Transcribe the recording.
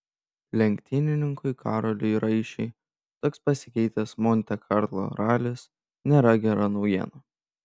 lenktynininkui karoliui raišiui toks pasikeitęs monte karlo ralis nėra gera naujiena